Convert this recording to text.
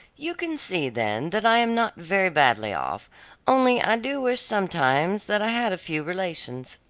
you can see, then, that i am not very badly off only i do wish sometimes that i had a few relations.